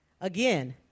Again